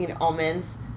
almonds